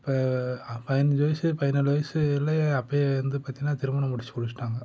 இப்போ பதினஞ்சு வயது பதினாலு வயதிலே அப்போயே வந்து பார்த்திங்கன்னா திருமணம் முடித்து கொடுத்துட்டாங்க